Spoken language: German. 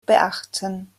beachten